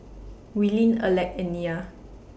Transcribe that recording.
Willene Alec and Nia